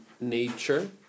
Nature